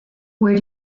where